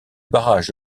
barrage